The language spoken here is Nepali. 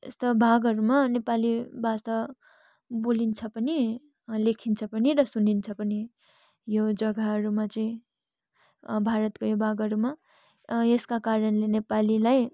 यस्ता भागहरूमा नेपाली भाषा बोलिन्छ पनि लेखिन्छ पनि र सुनिन्छ पनि यो जग्गाहहरूमा चाहिँ भारतको यो भागहरूमा यसका कारणले नेपालीलाई